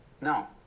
no